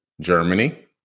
Germany